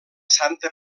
santa